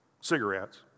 Cigarettes